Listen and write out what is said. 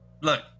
Look